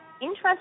interest